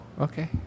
okay